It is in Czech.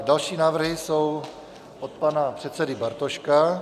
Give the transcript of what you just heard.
Další návrhy jsou od pana předsedy Bartoška.